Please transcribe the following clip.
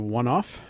one-off